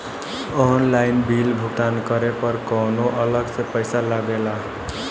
Online bill भुगतान करे पर कौनो अलग से पईसा लगेला?